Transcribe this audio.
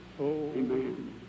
Amen